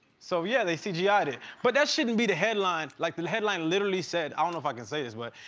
so yeah, they cgied it, but that shouldn't be the headline, like the the headline literally said, i don't know if i can say this but,